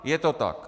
Je to tak.